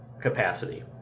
capacity